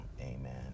Amen